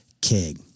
king